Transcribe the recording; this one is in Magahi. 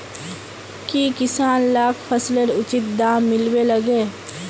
की किसान लाक फसलेर उचित दाम मिलबे लगे?